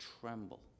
tremble